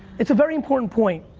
it's a very important point.